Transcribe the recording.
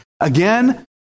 Again